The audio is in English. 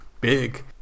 big